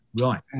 Right